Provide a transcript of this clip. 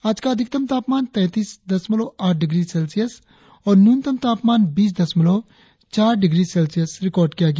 आज का अधिकतम तापमान तैंतीस दशमलव आठ डिग्री सेल्सियस और न्यूनतम तापमान बीस दशमलव चार डिग्री सेल्सियस रिकार्ड किया गया